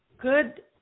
good